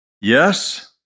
Yes